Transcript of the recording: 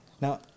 Now